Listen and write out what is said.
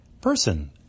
person